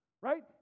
Right